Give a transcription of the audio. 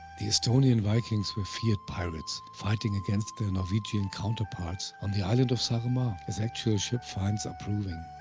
the estonian vikings where feared pirates, fighting against their norwegian counterparts on the island of saaremaa, as actual ship finds are proving.